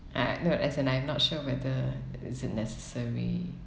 I no as in like I'm not sure whether is it necessary